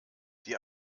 die